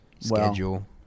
Schedule